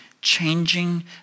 changing